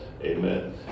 amen